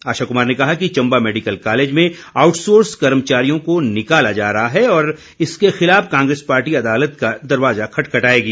आशा कुमारी ने कहा कि चम्बा मैडिकल कॉलेज में आउटसोर्स कर्मचारियों को निकाला जा रहा है और इसके खिलाफ कांग्रेस पार्टी अदालत का दरवाज़ा खटखटाएगी